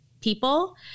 people